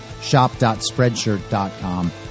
shop.spreadshirt.com